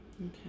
Okay